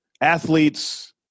athletes